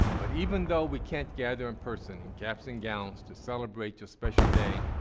but even though we can't gather in person in caps and gowns to celebrate your special day,